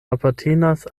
apartenas